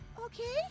Okay